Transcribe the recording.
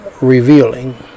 revealing